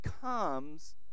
comes